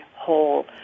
whole